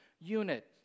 unit